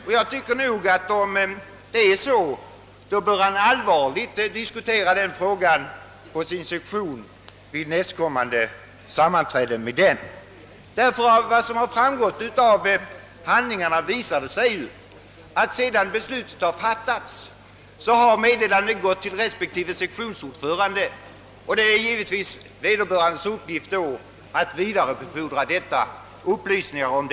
Om det är så som herr Åkerlind säger, bör han allvarligt diskutera denna fråga vid sektionens nästkommande sammanträde. Enligt vad som framgått av handlingarna visar det sig att sedan avdelningens beslut fattats meddelande utgått till respektive sektionsordförande, som i sin tur har till uppgift att upplysa medlemmarna därom.